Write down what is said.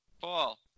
Paul